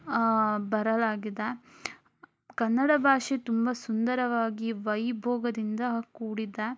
ಬರಲಾಗಿದೆ ಕನ್ನಡ ಭಾಷೆ ತುಂಬ ಸುಂದರವಾಗಿ ವೈಭೋಗದಿಂದ ಕೂಡಿದೆ